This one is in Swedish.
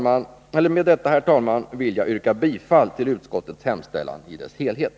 Med detta, herr talman, yrkar jag bifall till utskottets hemställan i dess helhet.